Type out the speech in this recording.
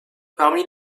parmi